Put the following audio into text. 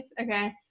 okay